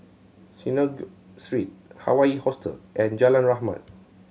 Synagogue Street Hawaii Hostel and Jalan Rahmat